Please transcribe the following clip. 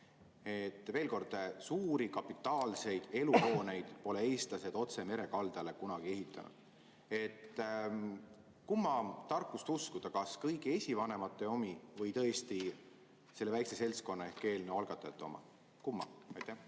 Veel kord, suuri kapitaalseid eluhooneid pole eestlased otse mere kaldale kunagi ehitanud. Kumma tarkust uskuda, kas kõigi esivanemate oma või tõesti selle väikese seltskonna ehk eelnõu algatajate oma? Austatud